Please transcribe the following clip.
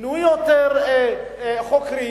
תנו יותר חוקרים,